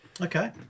Okay